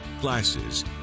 glasses